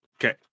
Okay